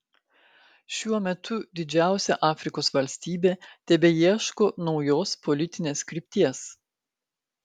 šiuo metu didžiausia afrikos valstybė tebeieško naujos politinės krypties